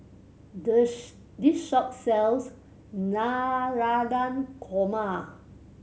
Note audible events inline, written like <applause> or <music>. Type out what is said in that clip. the this shop sells <unintelligible> Korma